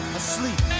asleep